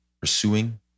pursuing